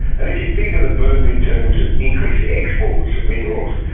and if you think of the boom in terms of increased exports of minerals,